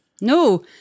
No